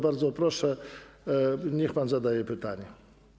Bardzo proszę, niech pan zadaje pytanie.